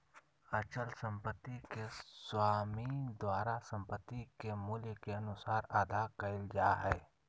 अचल संपत्ति के स्वामी द्वारा संपत्ति के मूल्य के अनुसार अदा कइल जा हइ